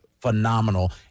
Phenomenal